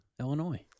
Illinois